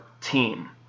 team